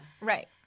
Right